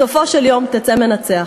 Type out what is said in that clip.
בסופו של יום תצא מנצח.